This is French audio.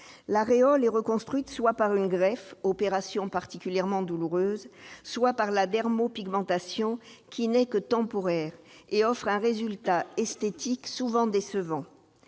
L'aréole est reconstruite soit par une greffe- opération particulièrement douloureuse -, soit par la dermopigmentation, qui n'est que temporaire et offre un résultat esthétique souvent décevant.